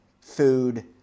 food